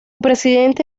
presidente